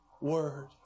Word